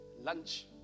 lunch